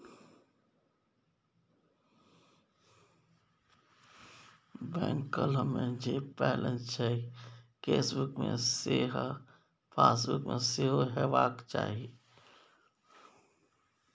bank column मे जे balance छै केसबुक मे सैह पासबुक मे सेहो हेबाक चाही